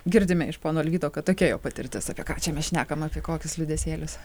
girdime iš pono alvydo kad tokia jo patirtis apie ką čia mes šnekam apie kokius liūdesėlius